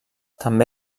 també